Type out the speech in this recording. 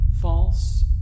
False